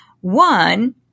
one